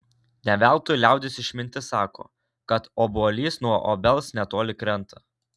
ne veltui liaudies išmintis sako kad obuolys nuo obels netoli krenta